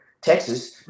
Texas